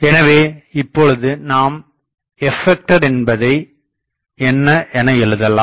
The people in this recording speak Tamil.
எனவே இப்பொழுது நாம் f என்பது என்ன என எழுதலாம்